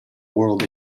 world